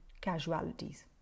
casualties